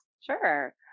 Sure